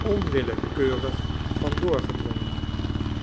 onwillekeurig van doorgedrongen